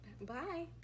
Bye